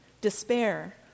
despair